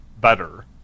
better